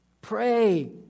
Pray